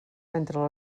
entre